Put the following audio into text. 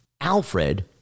Alfred